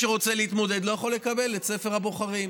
שרוצה להתמודד לא יכול לקבל את ספר הבוחרים.